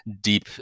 deep